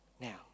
Now